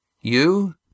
You